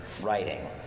writing